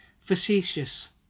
facetious